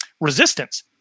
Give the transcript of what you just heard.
resistance